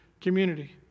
community